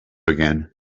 again